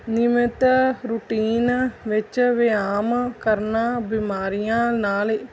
ਨਿਯਮਿਤ ਰੂਟੀਨ ਵਿੱਚ ਵਿਆਮ ਕਰਨਾ ਬਿਮਾਰੀਆਂ ਨਾਲ